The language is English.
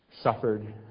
suffered